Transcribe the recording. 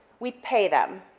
we pay them,